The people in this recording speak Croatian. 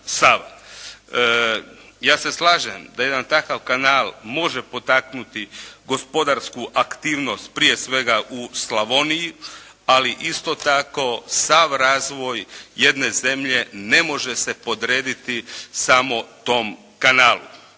Ja se slažem da jedan takav kanal može potaknuti gospodarsku aktivnost prije svega u Slavoniji, ali isto tako sav razvoj jedne zemlje ne može se podrediti samo tom kanalu